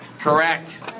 Correct